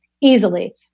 easily